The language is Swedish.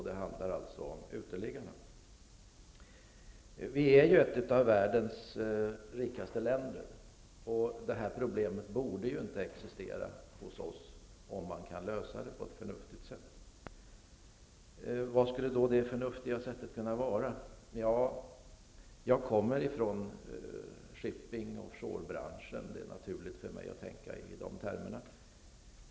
Det är motion Sverige är ett av världens rikaste länder, och det här problemet borde inte existera hos oss, om det gick att lösa på ett förnuftigt sätt. Vad skulle då det förnuftiga sättet kunna vara? Ja, jag kommer från shipping och offshorebranschen, och det är naturligt för mig att tänka i de termerna.